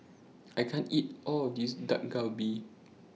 I can't eat All of This Dak Galbi